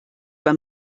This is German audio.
bei